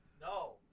No